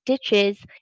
stitches